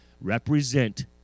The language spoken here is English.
represent